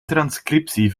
transcriptie